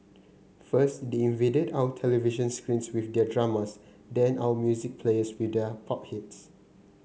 first they invaded our television screens with their dramas then our music players with their pop hits